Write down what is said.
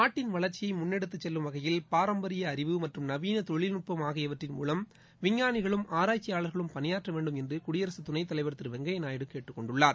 நாட்டின் வளர்ச்சியை முன்னெடுத்துக் செல்லும் வகையில் பாரம்பரிய அறிவு மற்றும் நவீன தொழில்நுட்பம் ஆகியவற்றின் மூலம் விஞ்ஞானிகளும் ஆராய்ச்சியாளர்களும் பணியாற்ற வேண்டும் என்று குடியரசுத் துணைத் தலைவர் திரு வெங்கய்யா நாயுடு கேட்டுக் கொண்டுள்ளார்